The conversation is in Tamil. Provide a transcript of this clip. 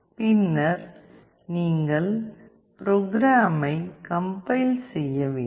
பின்னர் நீங்கள் ப்ரோக்ராமை கம்பைல் செய்ய வேண்டும்